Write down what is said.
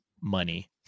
money